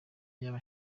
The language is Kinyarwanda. yaba